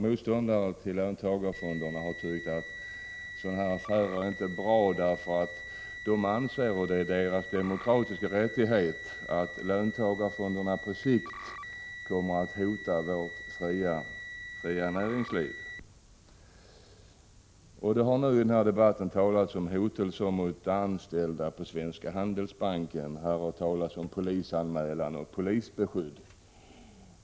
Motståndare till löntagarfonderna har tyckt att sådana här affärer inte är bra. De anser — och det är en demokratisk rättighet för dem att anse det — att löntagarfonderna på sikt kommer att hota vårt fria näringsliv. I den här debatten har det talats om hotelser mot anställda på Svenska Handelsbanken. Här har talats om polisanmälan och polisbeskydd.